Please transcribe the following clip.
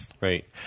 right